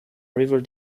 river